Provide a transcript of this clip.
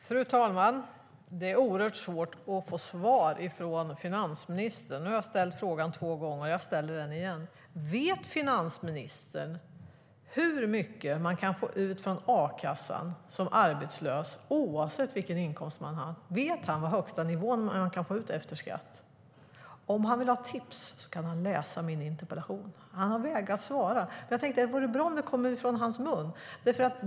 Fru talman! Det är svårt att få svar av finansministern. Nu har jag ställt frågan två gånger, och jag ställer den igen: Vet finansministern hur mycket man kan få ut från a-kassan som arbetslös oavsett vilken inkomst man har haft? Vet han vad högstanivån på vad man kan få ut är efter skatt? Om han vill ha tips kan han läsa min interpellation. Han har vägrat svara, men jag tänkte att det vore bra om det kom ut från hans mun.